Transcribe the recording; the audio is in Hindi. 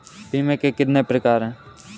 बीमे के कितने प्रकार हैं?